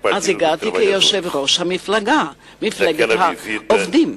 ואז הגעתי כיושב-ראש המפלגה, מפלגת העובדים.